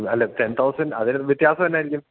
അല്ല ten thousand അതിന് വ്യത്യാസം എന്തായിരിക്കും